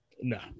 No